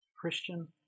Christian